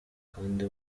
kandi